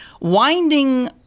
winding